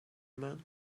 men